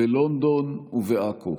בלונדון ובעכו.